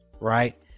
right